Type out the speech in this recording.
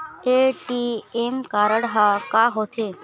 ATM card हा का होते?